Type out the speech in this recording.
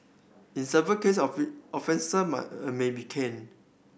in severe case might may be caned